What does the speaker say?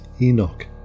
Enoch